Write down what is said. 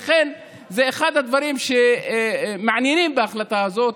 זה אחד הדברים שמעניינים בהחלטה הזאת,